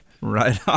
Right